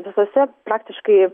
visose praktiškai